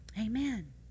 Amen